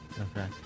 Okay